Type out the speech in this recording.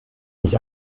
nicht